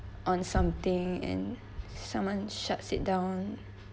on something and someone shuts it down